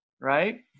Right